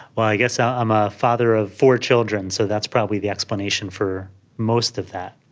i guess ah i'm a father of four children, so that's probably the explanation for most of that.